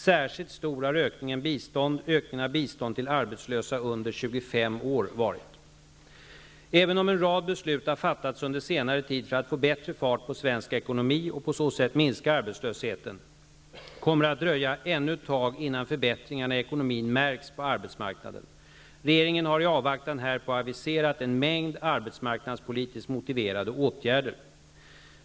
Särskilt stor har ökningen av bistånd till arbetslösa under 25 år varit. Även om en rad beslut har fattats under senare tid för att få bättre fart på svensk ekonomi och på så sätt minska arbetslösheten, kommer det att dröja ännu ett tag innan förbättringarna i ekonomin märks på arbetsmarknaden. Regeringen har i avvaktan härpå aviserat en mängd arbetsmarknadspolitiskt motiverade åtgärder.